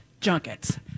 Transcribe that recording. junkets